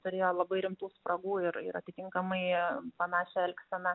turėjo labai rimtų spragų ir ir atitinkamai panašią elgseną